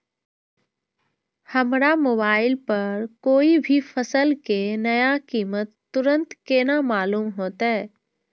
हमरा मोबाइल पर कोई भी फसल के नया कीमत तुरंत केना मालूम होते?